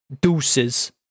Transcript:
Deuces